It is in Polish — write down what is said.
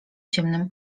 ciemnym